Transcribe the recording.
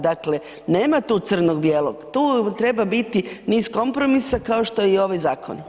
Dakle, nema tu crnog-bijelog, tu treba biti niz kompromisa kao što je i ovaj zakon.